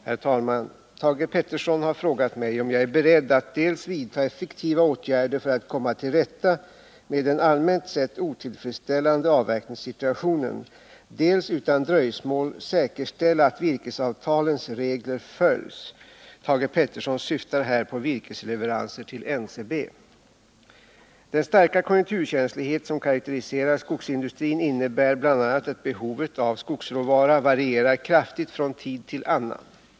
Herr talman! Thage Peterson har frågat mig om jag är beredd att dels vidta effektiva åtgärder för att komma till rätta med den allmänt sett otillfredsställande avverkningssituationen, dels utan dröjsmål säkerställa att virkesavtalens regler följs. Thage Peterson syftar här på virkesleveranser till NCB. Den starka konjunkturkänslighet som karaktäriserar skogsindustrin innebär bl.a. att behovet av skogsråvara varierar kraftigt från tid till annan.